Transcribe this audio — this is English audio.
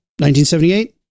1978